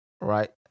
right